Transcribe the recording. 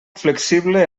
flexible